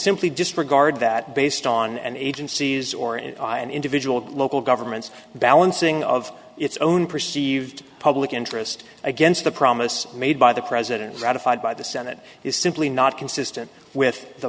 simply disregard that based on and agencies or in an individual local governments balancing of its own perceived public interest against the promise made by the president ratified by the senate is simply not consistent with the